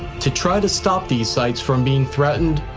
to try to stop these sites from being threatened,